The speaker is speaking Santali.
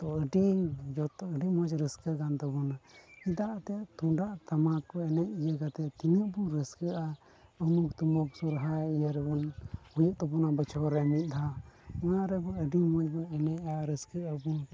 ᱛᱚ ᱟᱹᱰᱤ ᱡᱚᱛᱚ ᱟᱹᱰᱤ ᱢᱚᱡᱽ ᱨᱟᱹᱥᱠᱟᱹ ᱠᱟᱱ ᱛᱟᱵᱚᱱᱟ ᱪᱮᱫᱟᱜ ᱥᱮ ᱛᱩᱢᱫᱟᱜ ᱴᱟᱢᱟᱠ ᱮᱱᱮᱡ ᱤᱭᱟᱹ ᱠᱟᱛᱮᱫ ᱛᱤᱱᱟᱹᱜ ᱵᱚᱱ ᱨᱟᱹᱥᱠᱟᱹᱜᱼᱟ ᱩᱢᱩᱠᱷ ᱛᱩᱢᱩᱠᱷ ᱥᱚᱦᱚᱨᱟᱭ ᱤᱭᱟᱹ ᱨᱮᱵᱚᱱ ᱦᱩᱭᱩᱜ ᱛᱟᱵᱚᱱᱟ ᱵᱚᱪᱷᱚᱨ ᱨᱮ ᱢᱤᱫ ᱫᱷᱟᱣ ᱱᱚᱣᱟᱨᱮ ᱟᱵᱚ ᱟᱹᱰᱤ ᱢᱚᱡᱽ ᱵᱚᱱ ᱮᱱᱮᱡᱼᱟ ᱨᱟᱹᱥᱠᱟᱹᱜ ᱟᱵᱚᱱ